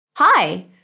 Hi